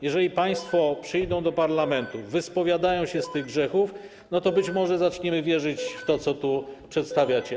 Jeżeli państwo przyjdą do parlamentu, wyspowiadają się z tych grzechów, to być może zaczniemy wierzyć w to, co tu przedstawiacie.